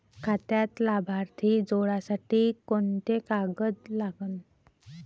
खात्यात लाभार्थी जोडासाठी कोंते कागद लागन?